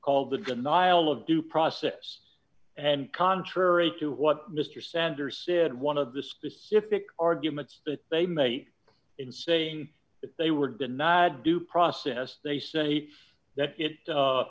called the denial of due process and contrary to what mr sanders said one of the specific arguments that they make in saying that they were denied due process they said that i